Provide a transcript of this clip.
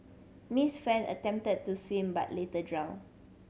Miss Fan attempted to swim but later drowned